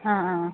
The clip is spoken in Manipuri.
ꯑꯥ ꯑꯥ ꯑꯥ